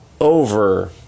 over